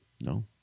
no